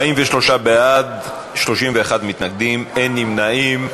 43 בעד, 31 מתנגדים, אין נמנעים.